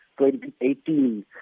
2018